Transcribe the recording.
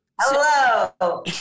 Hello